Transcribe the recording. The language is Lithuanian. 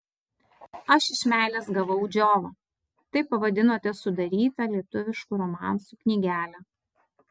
aš iš meilės gavau džiovą taip pavadinote sudarytą lietuviškų romansų knygelę